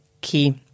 key